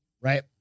Right